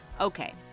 Okay